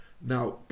Now